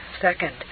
Second